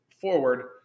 forward